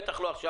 בטח לא עכשיו.